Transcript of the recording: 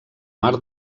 mar